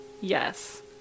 Yes